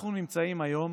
אנחנו נמצאים היום